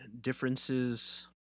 differences